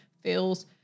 feels